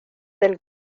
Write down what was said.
del